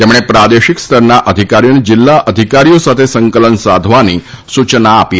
તેમણે પ્રાદેશીક સ્તરના અધિકારીઓને જિલ્લા અધિકારીઓ સાથે સંકલન સાધવાની સૂચના આપી હતી